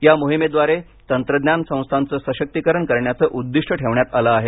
या मोहिमेद्वारे तंत्रज्ञान संस्थांचं सशक्तीकरण करण्याचं उद्दिष्ट ठेवण्यात आलं आहे